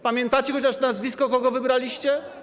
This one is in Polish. Pamiętacie chociaż nazwisko tego, kogo wybraliście?